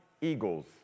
Eagle's